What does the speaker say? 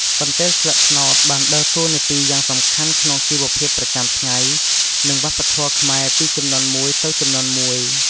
កន្ទេលស្លឹកត្នោតបានដើរតួនាទីយ៉ាងសំខាន់ក្នុងជីវភាពប្រចាំថ្ងៃ និងវប្បធម៌ខ្មែរពីជំនាន់មួយទៅជំនាន់មួយ។